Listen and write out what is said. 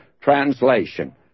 translation